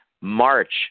March